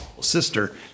Sister